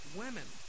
women